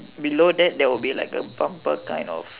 below that there would be like a bumper kind of